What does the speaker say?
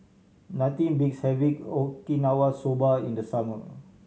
nothing beats having Okinawa Soba in the summer